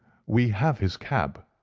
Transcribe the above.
we have his cab,